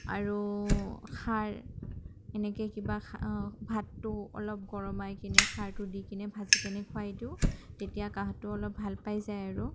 আৰু খাৰ এনেকৈ কিবা ভাতটো অলপ গৰমাইকিনে খাৰটো দিকিনে ভাজিকিনে খুৱাই দিওঁ তেতিয়া কাঁহটো অলপ ভালপাই যায় আৰু